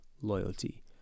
loyalty